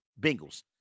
Bengals